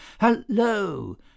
Hello